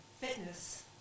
fitness